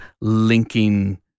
linking